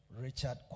Richard